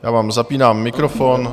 Já vám zapínám mikrofon.